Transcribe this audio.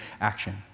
action